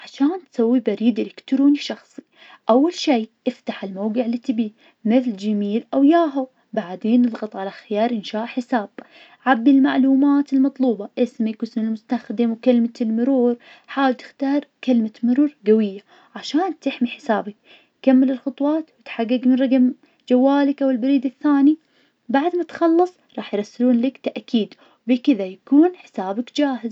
عشان تسوي بريد إلكتروني شخصي, أول شي افتح الموقع اللي تبيه, مثل جيميل, أو ياهو, بعدين اضغط على خيار إنشاء حساب, عبي المعلومات المطلوبة, اسمك, واسم المستخدم, وكلمة المرور, حاول تختار كلمة مرور قوية, عشان تحمي حسابك, كمل الخطوات وتحقق من رقم جوالك أو البريد الثاني, بعد ما تخلص راح يرسلون لك تأكيد, وبكده يكون حسابك جاهز.